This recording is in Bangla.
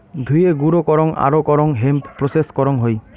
ধুয়ে, গুঁড়ো করং আরো করং হেম্প প্রেসেস করং হই